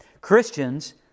Christians